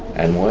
and